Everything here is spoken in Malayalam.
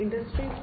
ഇൻഡസ്ട്രി 4